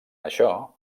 això